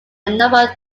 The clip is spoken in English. number